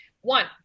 One